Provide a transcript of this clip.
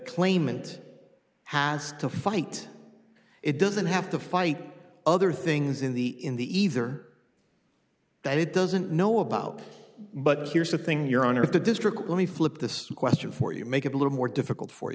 claimant has to fight it doesn't have to fight other things in the in the either that it doesn't know about but here's the thing your honor of the district let me flip this question for you make it a little more difficult for